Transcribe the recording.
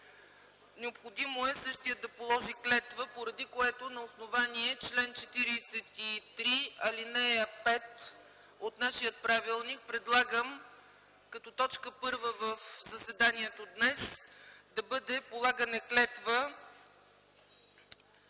Необходимо е същият да положи клетва, поради което на основание чл. 43, ал. 5 от нашия правилник предлагам, като точка първа от заседанието днес да бъде: полагане клетва